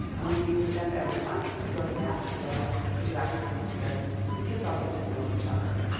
and we meet with them every month. we go to mass together. we do activities together. so the kids all get to know each other.